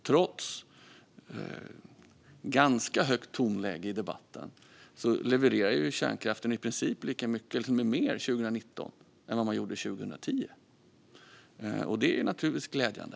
Trots ett ganska högt tonläge i debatten levererade kärnkraften i princip lika mycket 2019 som 2010, eller till och med mer. Det är naturligtvis glädjande.